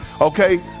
okay